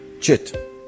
chit